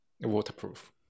waterproof